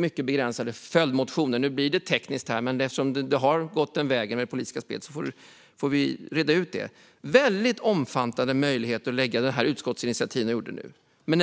mycket begränsade följdmotioner. Nu blir det tekniskt här, men eftersom det politiska spelet har gått den vägen får vi reda ut det. Det fanns väldigt omfattande möjligheter att lägga fram det utskottsinitiativ som ni gjort nu.